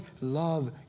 love